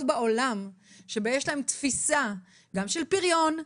בעולם שבהן יש להם תפיסה גם של פריון,